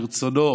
"ברצונו